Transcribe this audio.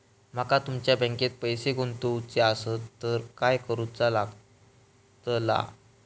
माका तुमच्या बँकेत पैसे गुंतवूचे आसत तर काय कारुचा लगतला?